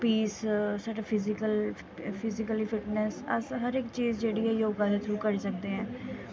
piece साढ़ा physical fitness अस सब कुछ योगा दे थ्रू करी सकने आं